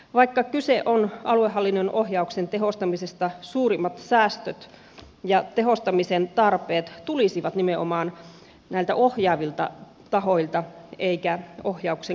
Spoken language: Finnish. vaikka kyse on aluehallinnon ohjauksen tehostamisesta suurimmat säästöt ja tehostamisen tarpeet tulisivat nimenomaan näiltä ohjaavilta tahoilta eivätkä ohjauksen kohteesta